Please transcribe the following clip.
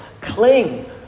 cling